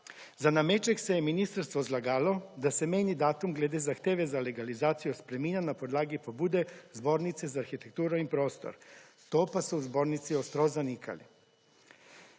Za nameček se je ministerstvo zlagalo, da se meni datum glede zahteve za legalizacijo spreminja na podlagi pobude zbornice za arhitekturo in prostor, to pa so v zbornici ostro zanikali.